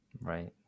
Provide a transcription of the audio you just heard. Right